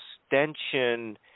extension